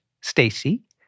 Stacy